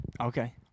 Okay